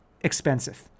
expensive